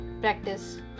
practice